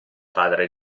padre